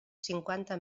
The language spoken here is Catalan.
cinquanta